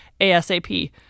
ASAP